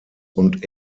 und